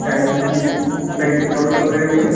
काही डिस् काही डिस्काउंट्स वगैरे मिळेल